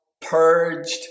purged